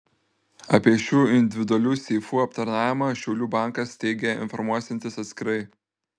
apie šių individualių seifų aptarnavimą šiaulių bankas teigia informuosiantis atskirai